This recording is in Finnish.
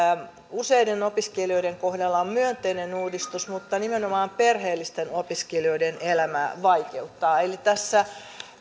useiden opiskelijoiden kohdalla on myönteinen uudistus mutta joka nimenomaan perheellisten opiskelijoiden elämää vaikeuttaa eli tässä